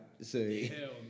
say